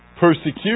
persecution